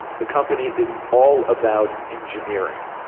the company is all about engineering.